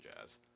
jazz